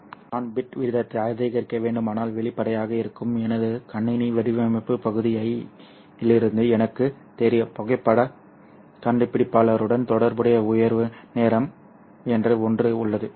எனவே நான் பிட் வீதத்தை அதிகரிக்க வேண்டுமானால் வெளிப்படையாக இருக்கும் எனது கணினி வடிவமைப்பு பகுதி I இலிருந்து எனக்குத் தெரியும் புகைப்படக் கண்டுபிடிப்பாளருடன் தொடர்புடைய உயர்வு நேரம் என்று ஒன்று உள்ளது